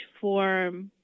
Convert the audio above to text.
form